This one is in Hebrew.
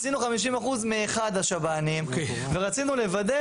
עשינו 50% מאחד השב"נים ורצינו לוודא